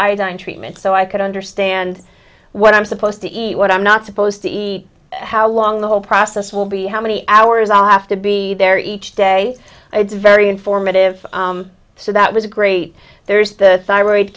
iodine treatment so i could understand what i'm supposed to eat what i'm not supposed to eat how long the whole process will be how many hours i have to be there each day it's very informative so that was a great there's the thyroid